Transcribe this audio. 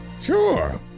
Sure